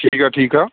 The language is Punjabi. ਠੀਕ ਆ ਠੀਕ ਆ